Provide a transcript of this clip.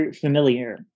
familiar